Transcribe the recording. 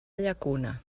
llacuna